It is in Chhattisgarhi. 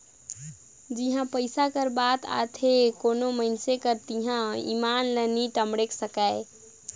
जिहां पइसा कर बात आथे कोनो मइनसे कर तिहां ईमान ल नी टमड़े सकाए